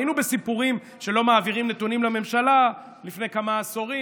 היינו בסיפורים שלא מעבירים נתונים לממשלה לפני כמה עשורים,